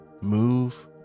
move